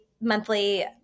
monthly